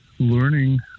learning